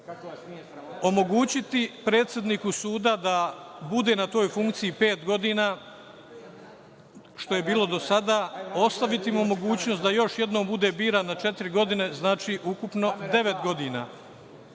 funkciju. Omogućiti predsedniku suda da bude na toj funkciji pet godina, što je bilo do sada, ostaviti mu mogućnost da još jednom bude biran na četiri godine, znači ukupno 9 godina.